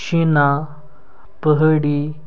Shina Pahari